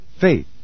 Faith